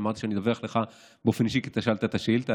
אמרתי שאני אדווח לך באופן אישי כי אתה שאלת את השאילתה.